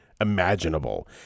imaginable